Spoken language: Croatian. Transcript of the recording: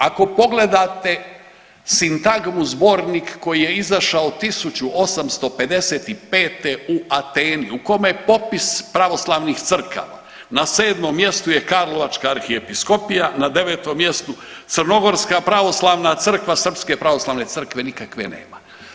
Ako pogledate sintagmu zbornik koji je izašao 1855. u Ateni u kome je popis pravoslavnih crkava na 7. mjestu je karlovačka arhiepiskopija, na 9. crnogorska pravoslavna crkva srpske pravoslavne crkve nikakve nema.